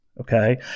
Okay